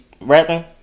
rapping